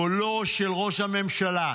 קולו של ראש הממשלה.